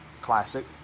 Classic